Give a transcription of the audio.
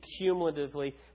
cumulatively